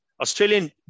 Australian